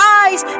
eyes